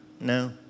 no